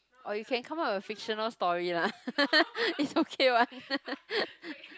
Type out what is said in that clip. or you can come up with a fictional story lah is okay one